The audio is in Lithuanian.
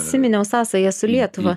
siminiau sąsają su lietuva